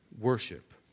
worship